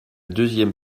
deuxième